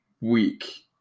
week